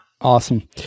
Awesome